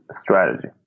strategy